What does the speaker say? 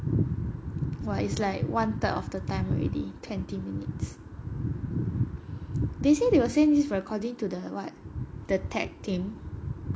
!wah! it's like one third of the time already twenty minutes they say they will say this for according to the what the tech team